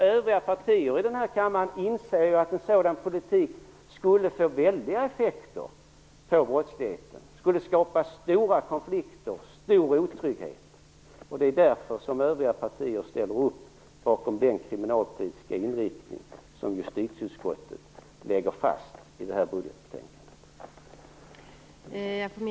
Övriga partier i den här kammaren inser att en sådan politik skulle få väldiga effekter på brottsligheten - den skulle skapa stora konflikter och stor otrygghet - och det är därför övriga partier ställer upp bakom den kriminalpolitiska inriktning som justitieutskottet lägger fast i det här budgetbetänkandet.